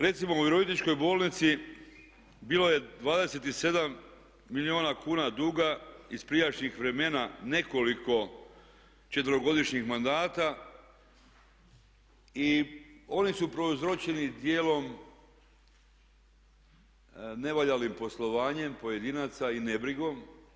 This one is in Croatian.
Recimo u Virovitičkoj bolnici bilo je 27 milijuna kuna duga iz prijašnjih vremena nekoliko 4-godišnjih mandata i oni su prouzročeni dijelom nevaljalim poslovanjem pojedinaca i nebrigom.